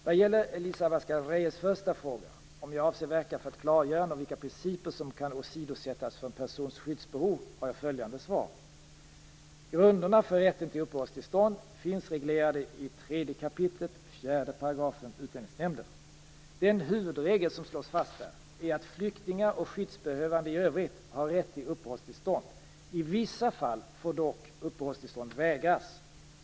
Vad gäller Elisa Abascal Reyes första fråga, om jag avser verka för ett klargörande om vilka principer som kan åsidosätta en persons skyddsbehov, har jag följande svar. Grunderna för rätten till uppehållstillstånd finns reglerade i 3 kap. 4 § utlänningslagen. Den huvudregel som slås fast där är att flyktingar och skyddsbehövande i övrigt har rätt till uppehållstillstånd. I vissa fall får dock uppehållstillstånd vägras.